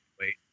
wait